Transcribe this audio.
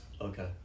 Okay